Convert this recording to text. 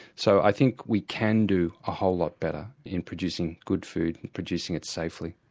so i think we can do a whole lot better in producing good food and producing it safely.